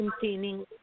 containing